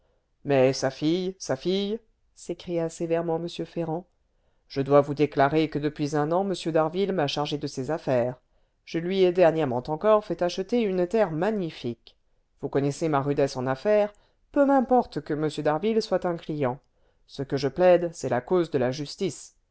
mais sa fille sa fille s'écria sévèrement m ferrand je dois vous déclarer que depuis un an m d'harville m'a chargé de ses affaires je lui ai dernièrement encore fait acheter une terre magnifique vous connaissez ma rudesse en affaires peu m'importe que m d'harville soit un client ce que je plaide c'est la cause de la justice